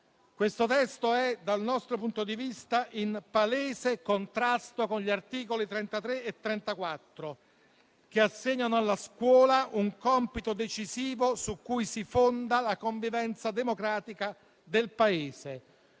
Questo testo, dal nostro punto di vista, è in palese contrasto con gli articoli 33 e 34 della Costituzione, che assegnano alla scuola un compito decisivo su cui si fonda la convivenza democratica del Paese,